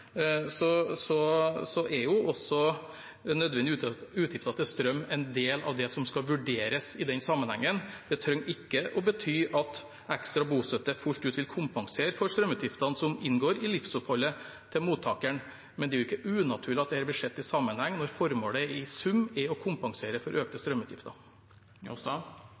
en del av det som skal vurderes i den sammenhengen. Det trenger ikke å bety at ekstra bostøtte fullt ut vil kompensere for strømutgiftene som inngår i livsoppholdet til mottakeren, men det er ikke unaturlig at dette blir sett i sammenheng når formålet i sum er å kompensere for økte strømutgifter.